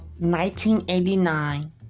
1989